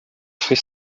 free